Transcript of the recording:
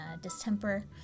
distemper